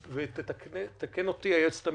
תתקן אותי היועצת המשפטית,